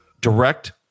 direct